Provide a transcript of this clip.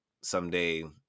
someday